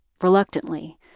reluctantly